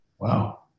Wow